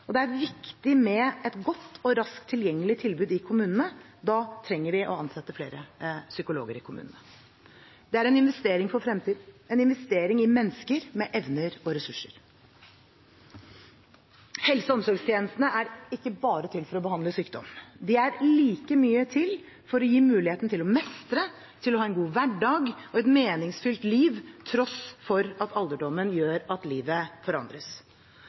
og det er viktig med et godt og raskt tilgjengelig tilbud i kommunene – da trenger de å ansette flere psykologer. Det er en investering for fremtiden – en investering i mennesker med evner og ressurser. Helse- og omsorgstjenestene er ikke bare til for å behandle sykdom. De er like mye til for å gi mulighet til å mestre, til å ha en god hverdag og et meningsfullt liv til tross for at alderdom gjør at livet forandres.